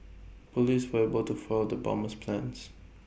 Police were able to foil the bomber's plans